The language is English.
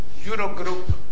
Eurogroup